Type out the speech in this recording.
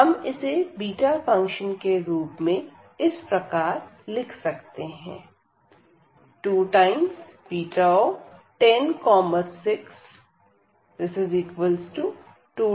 हम इसे beta function के रूप में इस प्रकार लिख सकते हैं 2B106 210Γ616 29